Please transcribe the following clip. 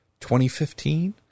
2015